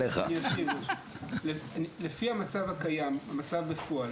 לפי המצב הקיים בפועל